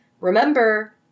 Remember